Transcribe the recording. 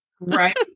Right